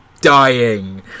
dying